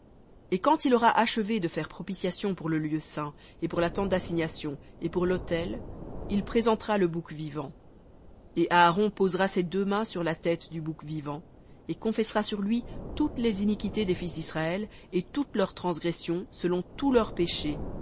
et quand il aura achevé de faire propitiation pour le lieu saint et pour la tente d'assignation et pour l'autel il présentera le bouc vivant et aaron posera ses deux mains sur la tête du bouc vivant et confessera sur lui toutes les iniquités des fils d'israël et toutes leurs transgressions selon tous leurs péchés